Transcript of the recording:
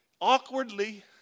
awkwardly